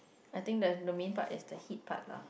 I think the main part is the heat part lah